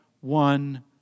one